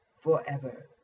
forever